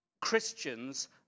Christians